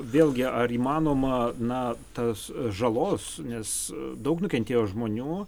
vėlgi ar įmanoma na tas žalos nes daug nukentėjo žmonių